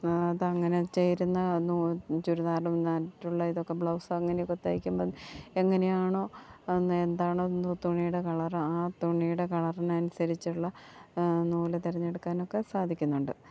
അതങ്ങനെ ചേരുന്ന ചുരിദാരിനായിട്ടുള്ള ഇതൊക്കെ ബ്ലൗസ് അങ്ങനെയൊക്കെ തയ്ക്കുമ്പോൾ എങ്ങനെയാണോ എന്താണോ തുണിയുടെ കളർ ആ തുണിയുടെ കളറിനനുസരിച്ചുള്ള നൂല് തിരഞ്ഞെടുക്കാനൊക്കെ സാധിക്കുന്നുണ്ട്